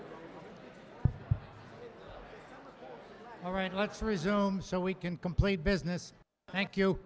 all right let's resume so we can complete business thank you